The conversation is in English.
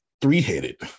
three-headed